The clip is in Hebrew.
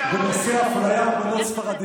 אתה יודע כמה נישואי תערובת יש,